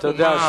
אתה יודע,